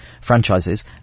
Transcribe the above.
franchises